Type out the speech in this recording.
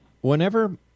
whenever